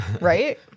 right